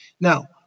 Now